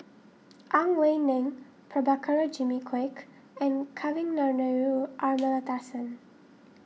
Ang Wei Neng Prabhakara Jimmy Quek and Kavignareru Amallathasan